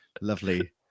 lovely